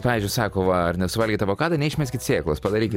pavyzdžiui sako va ar nesuvalgėt avokado neišmeskit sėklos padarykit